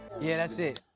yeah, that's it.